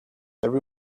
every